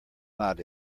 not